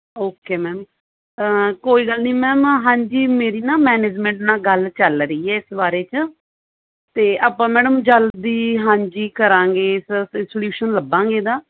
okay ma'am ਕੋਈ ਗੱਲ ਨਹੀਂ ਮੈਮ ਹਾਂਜੀ ਮੇਰੀ ਨਾ ਮੈਨੇਜਮੈਂਟ ਨਾਲ ਗੱਲ ਚੱਲ ਰਹੀ ਆ ਇਸ ਬਾਰੇ 'ਚ ਤਾਂ ਆਪਾਂ ਮੈਡਮ ਜਲਦੀ ਹਾਂਜੀ ਕਰਾਂਗੇ ਇਸ ਵਾਸਤੇ ਸਲਿਊਸ਼ਨ ਲੱਭਾਂਗੇ ਇਹਦਾ